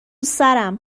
سرم